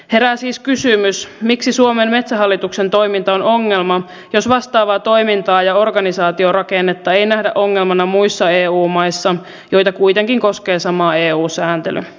herää siis kysymys miksi suomen metsähallituksen toiminta on ongelma jos vastaavaa toimintaa ja organisaatiorakennetta ei nähdä ongelmana muissa eu maissa joita kuitenkin koskee sama eu sääntely